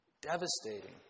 Devastating